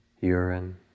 urine